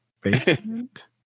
basement